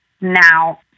Now